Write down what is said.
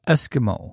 Eskimo